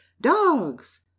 dogs